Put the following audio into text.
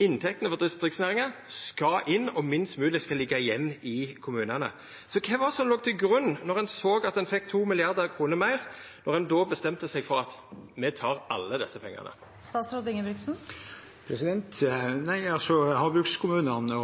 inntektene frå distriktsnæringane skal inn, og at minst mogleg skal liggja igjen i kommunane. Kva var det som låg til grunn då ein såg at ein fekk 2 mrd. kr meir, når ein bestemte seg for at ein tek alle desse pengane? Lokale ringvirkninger for havbrukskommunene